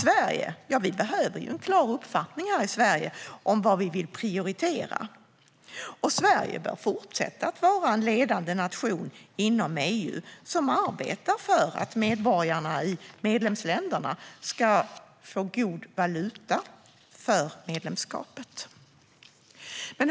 Vi behöver en klar uppfattning här i Sverige om vad vi vill prioritera, och Sverige bör fortsätta att vara en ledande nation inom EU som arbetar för att medborgarna i medlemsländerna ska få god valuta för medlemskapet.